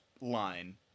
line